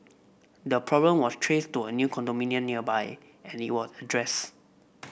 the problem was traced to a new condominium nearby and it were addressed